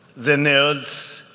the nerds,